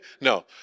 no